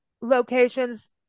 locations